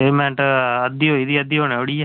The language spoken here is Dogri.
पेऽमैंट अद्धी होई दी ऐ अद्धी होने जेह्ड़ी ऐ